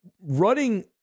running